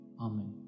Amen